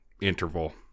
interval